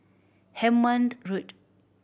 Hemmant Road